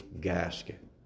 gasket